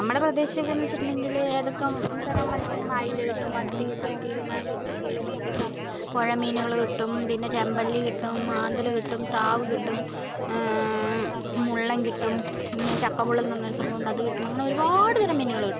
നമ്മുടെ പ്രദേശമെന്നൊക്കെ വെച്ചിട്ടുണ്ടെങ്കിൽ ഏതൊക്കെ തരം മത്സ്യങ്ങളെയാണ് ഐല കിട്ടും മത്തി കിട്ടും കിളിമാൻ കിട്ടും കിളിമീൻ കിട്ടും പുഴ മീനുകൾ കിട്ടും പിന്നെ ചെമ്പല്ലി കിട്ടും മാന്തൽ കിട്ടും സ്രാവ് കിട്ടും മുള്ളൻ കിട്ടും ചക്കമുള്ളൻ എന്ന് പറഞ്ഞൊരു സംഭവമുണ്ട് അത് കിട്ടും അങ്ങനെ ഒരുപാട് തരം മീനുകൾ കിട്ടും